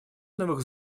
новых